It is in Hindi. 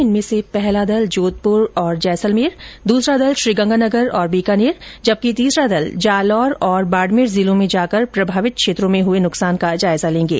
इनमें से पहला दल जोधपुर तथा जैसलमेर दूसरा दल श्रीगंगानगर तथा बीकानेर जबकि तीसरा दल जालौर तथा बाड़मेर जिलों में जाकर प्रभावित क्षेत्रों में हुए नुकसान का जायजा लेंगे